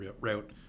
route